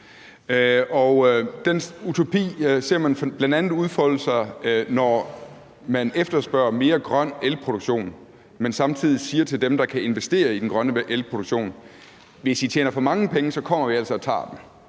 den utopi ser man bl.a. udfolde sig, når man efterspørger mere grøn elproduktion, men samtidig siger til dem, der kan investere i den grønne elproduktion, at hvis de tjener for mange penge, kommer vi altså og tager dem,